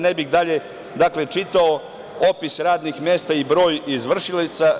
Ne bih dalje čitao opis radnih mesta i broj izvršilaca.